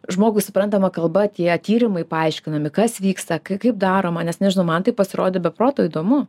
žmogui suprantama kalba tie tyrimui paaiškinami kas vyksta kaip kaip daroma nes nežinau man tai pasirodė be proto įdomu